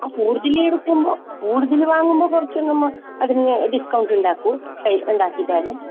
ആ കൂടുതൽ എടുക്കുമ്പോൾ കൂടുതൽ വാങ്ങുമ്പോൾ കുറച്ച് നമ്മൾക്ക് അതിനെ ഡിസ്കൗണ്ട് ഉണ്ടാക്കും ഉഇണ്ടാക്കി കിട്ടാനും